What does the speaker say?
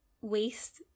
waste